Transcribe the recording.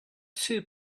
two